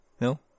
No